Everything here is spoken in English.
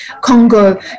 Congo